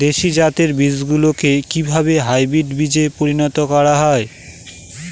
দেশি জাতের বীজগুলিকে কিভাবে হাইব্রিড বীজে পরিণত করা হয়?